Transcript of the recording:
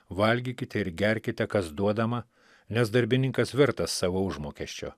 valgykite ir gerkite kas duodama nes darbininkas vertas savo užmokesčio